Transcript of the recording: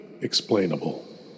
explainable